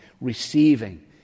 receiving